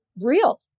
real